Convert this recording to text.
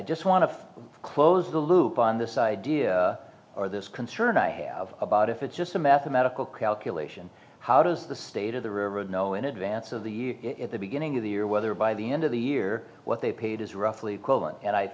just want to close the loop on this idea or this concern i have about if it's just a mathematical calculation how does the state of the river know in advance of the year at the beginning of the year whether by the end of the year what they paid is roughly equivalent and i